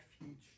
refuge